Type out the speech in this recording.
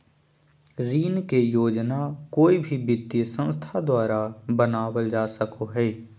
ऋण के योजना कोय भी वित्तीय संस्था द्वारा बनावल जा सको हय